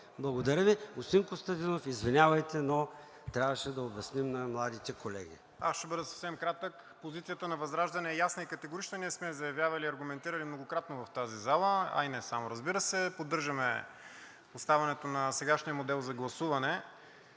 Благодаря Ви. Господин Костадинов, извинявайте, но трябваше да обясним на младите колеги. КОСТАДИН КОСТАДИНОВ (ВЪЗРАЖДАНЕ): Ще бъда съвсем кратък. Позицията на ВЪЗРАЖДАНЕ е ясна и категорична. Ние сме я заявявали и аргументирали многократно в тази зала, а и не само, разбира се. Поддържаме оставането на сегашния модел за гласуване.